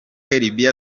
libya